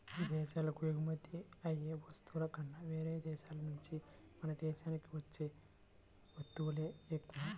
ఇదేశాలకు ఎగుమతయ్యే వస్తువుల కన్నా యేరే దేశాల నుంచే మన దేశానికి వచ్చే వత్తువులే ఎక్కువ